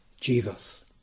Jesus